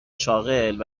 شاغل